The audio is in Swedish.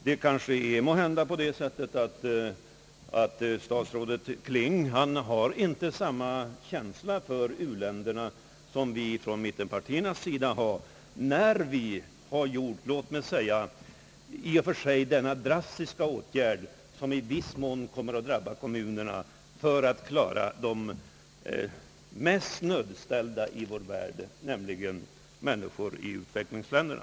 Det kanske är på det sättet att statsrådet Kling inte har samma känsla för u-länderna som vi från mittenpartiernas sida har visat prov på när vi framlagt detta låt mig säga drastiska förslag, som i viss mån kommer att drabba kommunerna, för att klara de mest nödställda i vår värld, nämligen människorna i utvecklingsländerna.